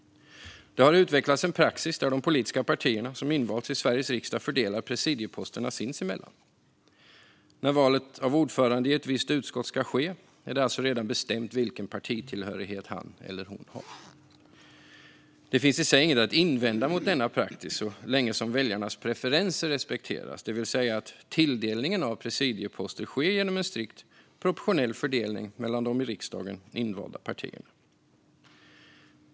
Det har utvecklats en praxis där de politiska partier som invalts i Sveriges riksdag fördelar presidieposterna sinsemellan. När valet av ordförande i ett visst utskott ska ske är det alltså redan bestämt vilken partitillhörighet han eller hon har. Det finns i sig inget att invända mot denna praxis så länge som väljarnas preferenser respekteras, det vill säga att tilldelningen av presidieposter sker genom en strikt proportionell fördelning mellan de i riksdagen invalda partierna.